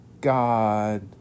God